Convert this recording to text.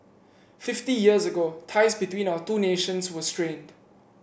fifty years ago ties between our two nations were strained